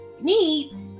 need